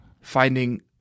finding